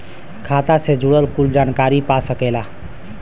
खाता से जुड़ल कुल जानकारी पा सकेला